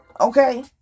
okay